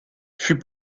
fut